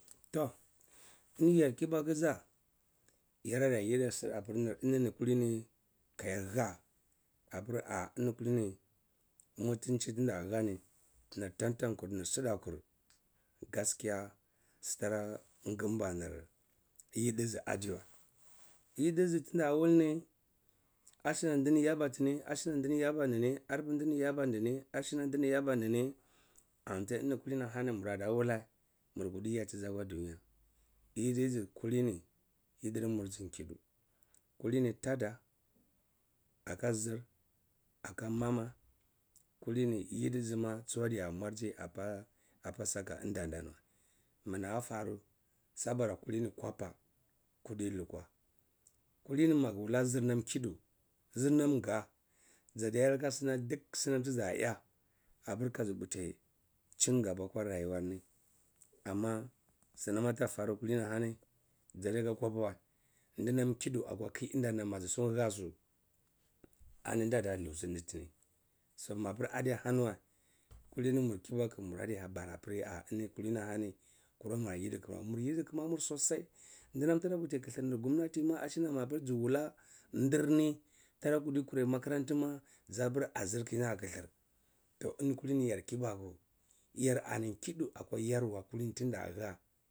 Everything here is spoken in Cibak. Toh eni yar kebaku za, yarad iyasu apir enini kulini kayahah apir nah eni kulini mutinci tinda hahni nir tan-tan kur nir sidakur gaskiya sitira gimnir yidiji adiwa yidizi ntindahah ni asina ndi yaba tini asina ndini yaba nini asina ndini yaba nini anti kalini hani murada wuleh mur kuti-yatizi akwa dunya yidizi kulini yidinmur sukudi kulini tada aka zir aka mama kulini yidizi masadiya muji appa sakand ana niwa mina faru sabar zinam khidi zir nam nga zadiaka diksimma tizayeh apir kagi puti chingaba akwa rayuwarni amma sinam ata faru kulini hani zidiakwa kwopa wa ndinam khidi akwa khi nda ni majisuwa hatisu ani dadalusitini so mapir adi-ahani wa kulini mur kibaku muradi yabara apir-ah eni kulini-ahani kara mwa gidi khimwa mir mur yidi khima mur sosai ndinam tara puti khitir nir gomnati ashina mapir ji wuleh ndirni tara kurti kurai makaran ta ma zapir azirkina aga khintir toh eni kulini yar kibaku yar ani khidi akwa yarwa ntinda nah.